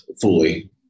fully